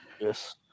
Yes